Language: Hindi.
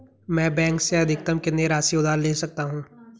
मैं बैंक से अधिकतम कितनी राशि उधार ले सकता हूँ?